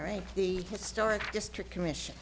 right the historic district commission